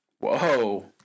Whoa